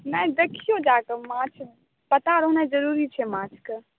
नहि देखियो जाके माछ पता रहने जरूरी छै माछके